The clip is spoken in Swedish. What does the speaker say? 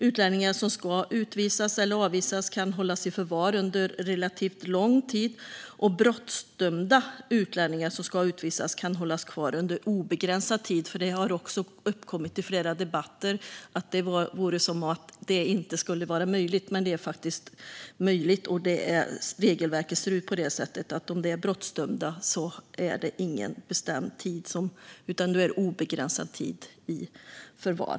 Utlänningar som ska utvisas eller avvisas kan hållas i förvar under relativt lång tid, och brottsdömda utlänningar som ska utvisas kan hållas kvar under obegränsad tid. Det har i flera debatter låtit som att det inte skulle vara möjligt, men det är det. Regelverket ser ut på det sättet: Handlar det om brottsdömda är det obegränsad tid i förvar.